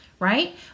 Right